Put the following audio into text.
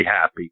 happy